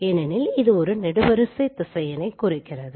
ஏனெனில் இது ஒரு நெடுவரிசை திசையனைக் குறிக்கிறது